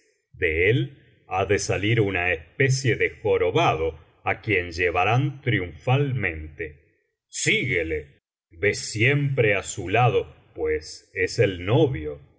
de él ha de salir una especie de jorobado á quien llevarán triunfalmente sigúele ve siempre á su lado pues es el novio